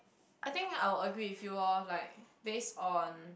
I think I will agree with you loh like base on